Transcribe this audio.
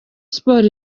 sports